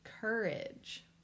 Courage